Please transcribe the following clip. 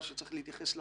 צריך להתייחס למספרים,